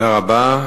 תודה רבה.